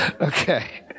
Okay